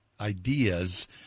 ideas